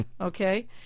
okay